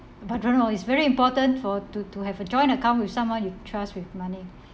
but don't know it's very important for to to have a joint account with someone you trust with money